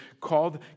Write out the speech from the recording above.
called